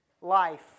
life